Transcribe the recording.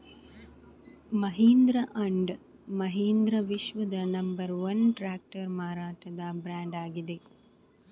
Mahindra and Mahindra ವಿಶ್ವದ number one tractor ಮಾರಾಟದ brand ಆಗಿದೆ